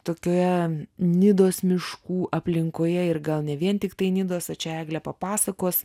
tokioje nidos miškų aplinkoje ir gal ne vien tiktai nidos čia eglė papasakos